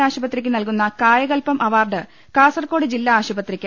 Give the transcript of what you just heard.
ആശ്ശുപത്രിയ്ക്ക് നൽകുന്ന Kayakalp award Kasaragod ജില്ലാ ആശുപത്രിയ്ക്ക്